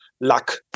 luck